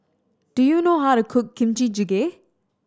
do you know how to cook Kimchi Jjigae